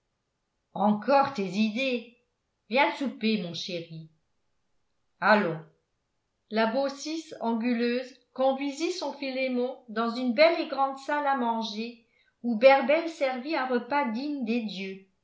encore tes idées viens souper mon chéri allons la baucis anguleuse conduisit son philémon dans une belle et grande salle à manger où berbel servit un repas digne des dieux